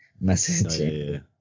message